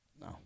No